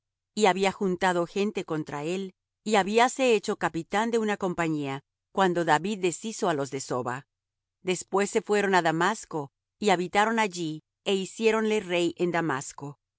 y había juntado gente contra él y habíase hecho capitán de una compañía cuando david deshizo á los de soba después se fueron á damasco y habitaron allí é hiciéronle rey en damasco